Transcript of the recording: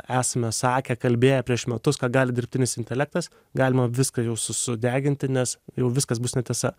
esame sakę kalbėję prieš metus ką gali dirbtinis intelektas galima viską jau sudeginti nes jau viskas bus netiesa